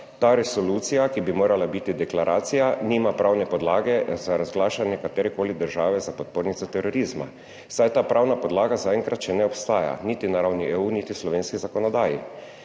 ta resolucija, ki bi morala biti deklaracija, nima pravne podlage za razglašanje katerekoli države za podpornico terorizma, saj ta pravna podlaga zaenkrat še ne obstaja, niti na ravni EU niti v slovenski zakonodaji,